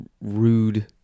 rude